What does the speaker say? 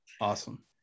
awesome